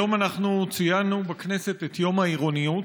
היום אנחנו ציינו בכנסת את יום העירוניות,